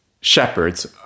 shepherds